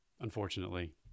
unfortunately